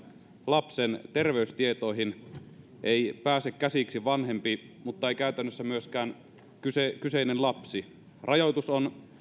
lapsen terveystietoihin ei pääse käsiksi vanhempi mutta ei käytännössä myöskään kyseinen lapsi rajoitus on